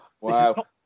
Wow